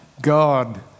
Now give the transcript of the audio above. God